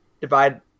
divide